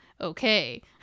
okay